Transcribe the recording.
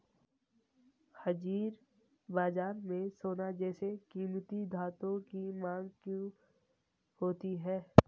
हाजिर बाजार में सोना जैसे कीमती धातुओं की मांग क्यों होती है